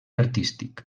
artístic